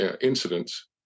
incidents